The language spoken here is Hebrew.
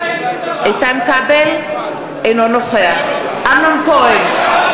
אינו נוכח אמנון כהן,